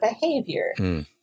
behavior